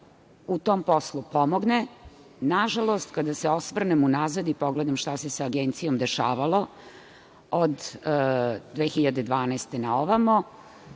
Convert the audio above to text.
u tom poslu pomogne, nažalost kada se osvrnem unazad i pogledam šta se sa Agencijom dešavalo, od 2012. godine na ovamo,